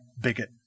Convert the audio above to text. bigot